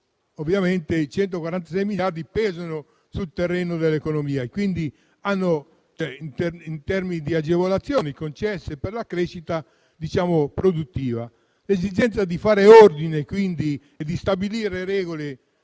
Ovviamente questi 146 miliardi pesano sul terreno dell'economia, in termini di agevolazioni concesse per la crescita produttiva. L'esigenza di fare ordine, di stabilire delle